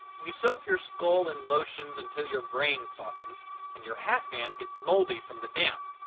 you soak your skull in lotions until your brain softens and your hat-band gets moldy from the damp,